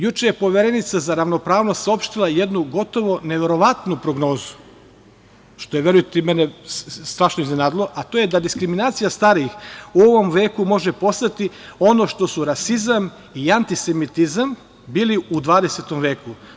Juče je Ppoverenica za ravnopravnost saopštila jednu gotovo, neverovatnu prognozu, što je, verujte, i mene strašno iznenadilo, a to je da diskriminacija starijih u ovom veku može postati ono što su rasizam i antisemitizam bili u 20. veku.